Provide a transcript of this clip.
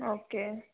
okay